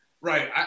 Right